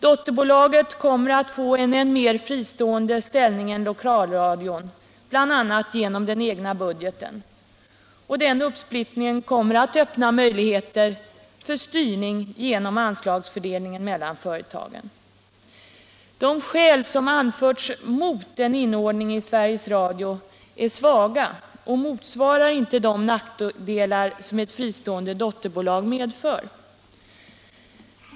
Dotterbolaget kommer att få en ännu mer fristående ställning än lokalradion, bl.a. genom den egna budgeten, och denna uppsplittring kommer att öppna möjligheter 9 Radio och television i utbildningsväsendet för styrning genom anslagsfördelningen mellan företagen. De skäl som anförts mot en inordning i Sveriges Radio är svaga och motsvarar inte de nackdelar som ett fristående dotterbolag medför.